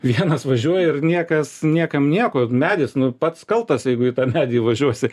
vienas važiuoji ir niekas niekam nieko medis pats kaltas jeigu į tą medį įvažiuosi